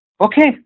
Okay